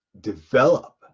develop